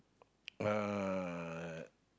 uh